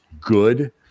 good